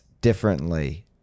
differently